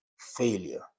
failure